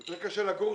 לגבי השאלה שנשאלה,